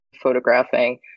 photographing